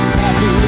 happy